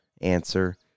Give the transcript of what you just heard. answer